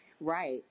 Right